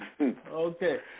Okay